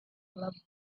love